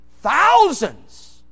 Thousands